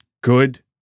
good